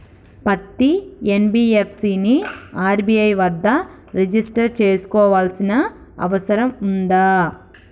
పత్తి ఎన్.బి.ఎఫ్.సి ని ఆర్.బి.ఐ వద్ద రిజిష్టర్ చేసుకోవాల్సిన అవసరం ఉందా?